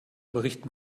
berichten